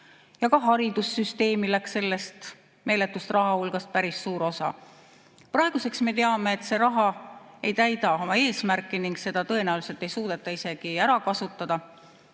Ka haridussüsteemi läks sellest meeletust rahahulgast päris suur osa. Praeguseks me teame, et see raha ei täida oma eesmärki ning seda tõenäoliselt ei suudeta isegi ära kasutada.